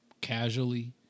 casually